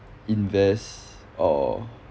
invest or